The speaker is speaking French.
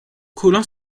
colin